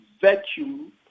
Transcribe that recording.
vacuum